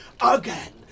again